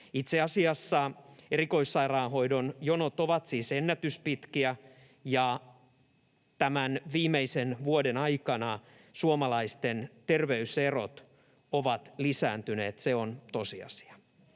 Itse asiassa erikoissairaanhoidon jonot ovat siis ennätyspitkiä, ja tämän viimeisen vuoden aikana suomalaisten terveyserot ovat lisääntyneet. Se on tosiasia.